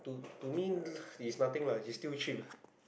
to to me it's nothing lah it's still cheap